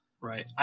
Right